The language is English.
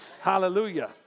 Hallelujah